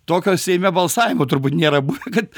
tokio seime balsavimo turbūt nėra buvę kad